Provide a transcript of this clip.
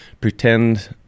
pretend